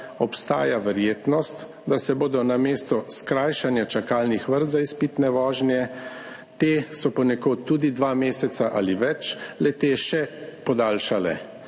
obstaja verjetnost, da se bodo namesto skrajšanja čakalnih vrst za izpitne vožnje, te so ponekod tudi dva meseca ali več, le-te še podaljšale,